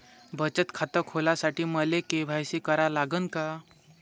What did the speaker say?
बचत खात खोलासाठी मले के.वाय.सी करा लागन का?